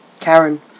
karen